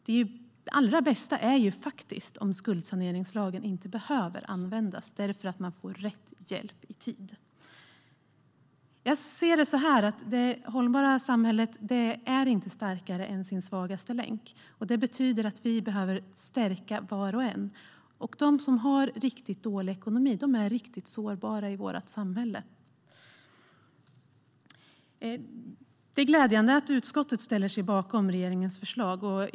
Det allra bästa är faktiskt om skuldsaneringslagen inte behöver användas därför att man får rätt hjälp i tid. Jag ser det som att det hållbara samhället inte är starkare än sin svagaste länk. Det betyder att vi behöver stärka var och en. De som har riktigt dålig ekonomi är riktigt sårbara i vårt samhälle. Det är glädjande att utskottet ställer sig bakom regeringens förslag.